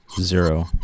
Zero